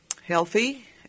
healthy